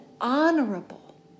honorable